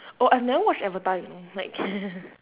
oh I've never watch avatar you know like